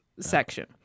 section